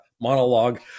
monologue